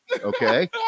Okay